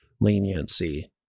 leniency